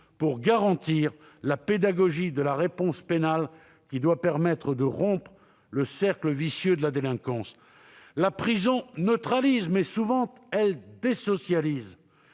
pour garantir la pédagogie de la réponse pénale, qui doit permettre de rompre le cercle vicieux de la délinquance. La prison neutralise, mais, souvent, elle désocialise.